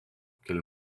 qu’elle